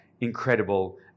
incredible